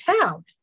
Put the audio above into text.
town